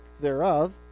thereof